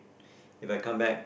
If I come back